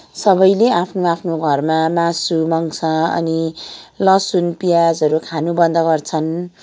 सबैले आफ्नो आफ्नो घरमा मासु मङ्स अनि लसुन प्याजहरू खानु बन्द गर्छन्